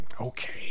okay